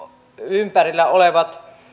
ympärillä olevat